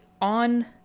on